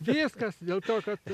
viskas dėl to kad